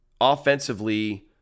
offensively